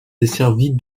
desservie